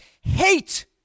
hate